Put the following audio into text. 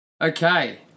Okay